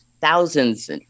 thousands